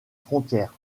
frontière